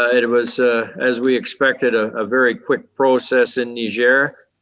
ah it it was as we expected, a ah very quick process in niger.